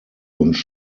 und